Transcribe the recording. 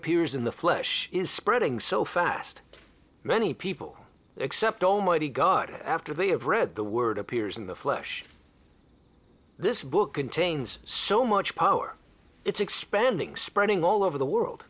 appears in the flesh is spreading so fast many people accept almighty god after they have read the word appears in the flesh this book contains so much power it's expanding spreading all over the world